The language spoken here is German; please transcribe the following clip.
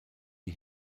die